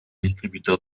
distributeur